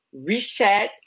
reset